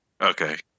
Okay